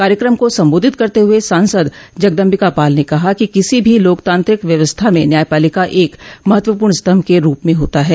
कार्यक्रम को संबोधित करते हुए सांसद जगदम्बिका पाल ने कहा कि किसी भी लोकतांत्रिक व्यवस्था में न्यायपालिका एक महत्वपूर्ण स्तंभ के रूप में होता है